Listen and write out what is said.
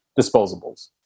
disposables